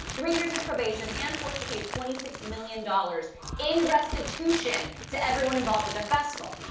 three years of probation and forced to pay twenty six million dollars in restitution to everyone involved with the festival.